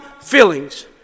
feelings